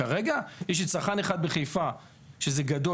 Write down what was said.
כרגע יש לי צרכן אחד בחיפה שזה גדות,